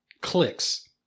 clicks